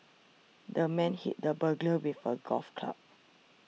the man hit the burglar with a golf club